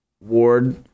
ward